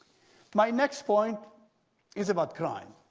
my next point is about crime.